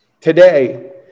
today